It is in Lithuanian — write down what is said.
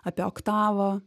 apie oktavą